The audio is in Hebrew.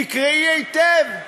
תקראי היטב.